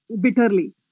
bitterly